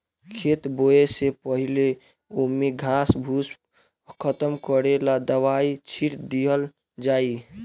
खेत बोवे से पहिले ही ओमे के घास फूस खतम करेला दवाई छिट दिहल जाइ